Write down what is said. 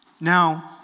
Now